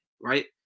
right